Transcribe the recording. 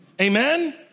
Amen